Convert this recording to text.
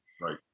Right